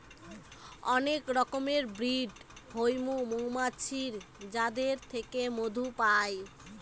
অনেক রকমের ব্রিড হৈমু মৌমাছির যাদের থেকে মধু পাই